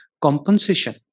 Compensation